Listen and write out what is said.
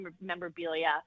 memorabilia